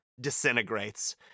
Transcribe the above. disintegrates